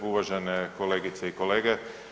Uvažene kolegice i kolege.